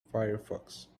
firefox